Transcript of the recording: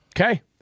Okay